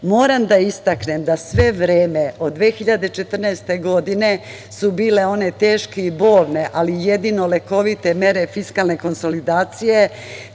da istaknem da sve vreme od 2014. godine su bile one teške i bolne, ali jedino lekovite mere fiskalne konsolidacije.